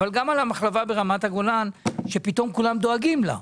אבל גם על המחלבה ברמת הגולן שפתאום כולם דואגים לה.